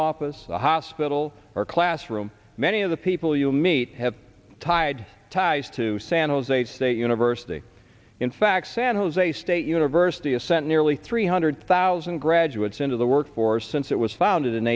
office a hospital or classroom many of the people you meet have tied ties to san jose state university in fact san jose state university assent nearly three hundred thousand graduates into the workforce since it was founded in